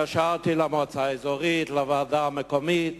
התקשרתי למועצה האזורית, לוועדה המקומית.